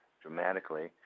dramatically